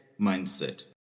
mindset